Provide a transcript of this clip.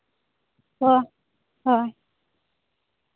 ᱦᱚᱸ ᱦᱚᱸ